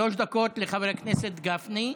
שלוש דקות לחבר הכנסת גפני,